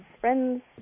friends